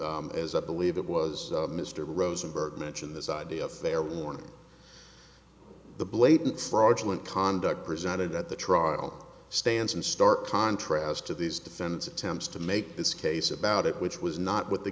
and as i believe it was mr rosenberg mentioned this idea if they are warning the blatant fraudulent conduct presented at the trial stands in stark contrast to these defense attempts to make its case about it which was not with the